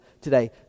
today